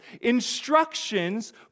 instructions